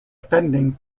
offending